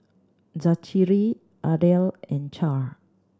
Zachery Ardell and Chaz